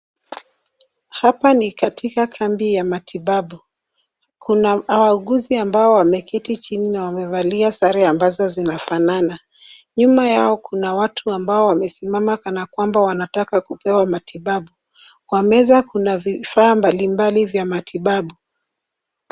Hapa ni katika kambi ya matibabu. Kuna wauguzi ambao wameketi chini na wamevalia sare ambazo zinafanana. Nyuma yao kuna watu ambao wamesimama kana kwamba wanataka kupewa matibabu Kwa meza kuna vifaa mbali mbali vya matibabu.